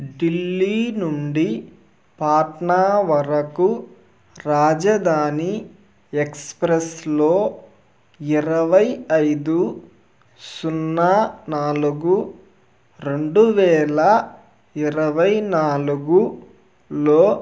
ఢిల్లీ నుండి పాట్నా వరకు రాజధాని ఎక్స్ప్రెస్లో ఇరవై ఐదు సున్నా నాలుగు రెండు వేల ఇరవై నాలుగులో